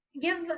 give